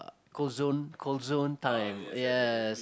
call zone call zone time yes